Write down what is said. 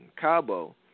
Cabo